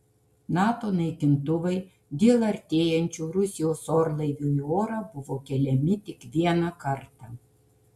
nato naikintuvai dėl artėjančių rusijos orlaivių į orą buvo keliami tik vieną kartą